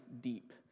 deep